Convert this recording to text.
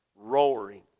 Roaring